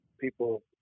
people